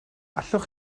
allwch